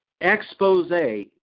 expose